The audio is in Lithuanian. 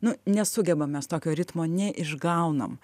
nu nesugebam mes tokio ritmo neišgaunam